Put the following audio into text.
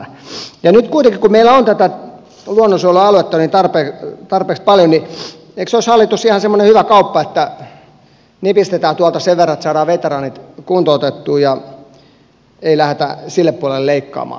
ja nyt kuitenkin kun meillä on luonnonsuojelualueita tarpeeksi paljon niin eikö olisi hallitus ihan semmoinen hyvä kauppa että nipistetään tuolta sen verran että saadaan veteraanit kuntoutettua ja ei lähdetä sille puolelle leikkaamaan